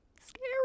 scary